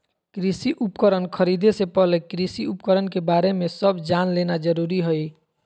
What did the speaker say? कृषि उपकरण खरीदे से पहले कृषि उपकरण के बारे में सब जान लेना जरूरी हई